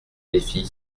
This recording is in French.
défi